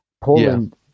Poland